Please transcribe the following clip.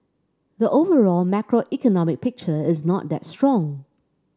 the overall macroeconomic picture is not that strong